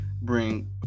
bring